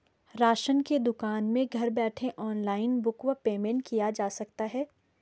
Ration की दुकान में घर बैठे ऑनलाइन बुक व पेमेंट किया जा सकता है?